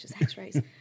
x-rays